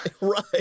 right